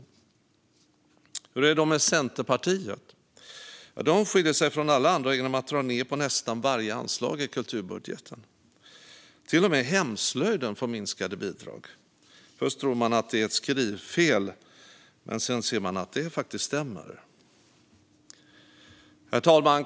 Hur är det då med Centerpartiet? De skiljer sig från alla andra genom att dra ned på nästan varje anslag i kulturbudgeten. Till och med hemslöjden får minskade bidrag. Först tror man att det är ett skrivfel, men sedan ser man att det faktiskt stämmer. Herr talman!